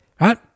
right